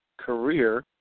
career